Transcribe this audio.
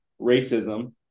racism